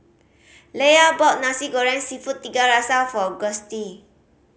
Leia bought Nasi Goreng Seafood Tiga Rasa for Gustie